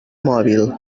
mòbil